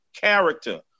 Character